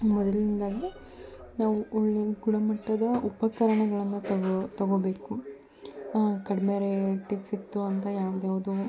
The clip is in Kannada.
ಮೊದಲನೇದಾಗಿ ನಾವು ಒಳ್ಳೆಯ ಗುಣಮಟ್ಟದ ಉಪಕರಣಗಳನ್ನು ತಗೋ ತಗೋಬೇಕು ಕಡಿಮೆ ರೇಟಿಗೆ ಸಿಕ್ತು ಅಂತ ಯಾವ್ದು ಯಾವುದೋ